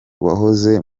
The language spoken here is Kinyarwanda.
wahoze